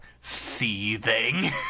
seething